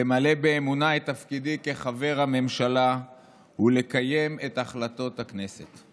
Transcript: למלא באמונה את תפקידי כחבר הממשלה ולקיים את החלטות הכנסת.